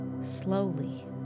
slowly